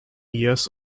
years